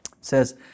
says